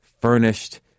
furnished